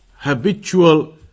habitual